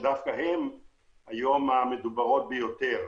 שדווקא הן היום המדוברות ביותר.